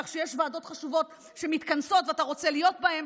כך שיש ועדות חשובות שמתכנסות ואתה רוצה להיות בהן.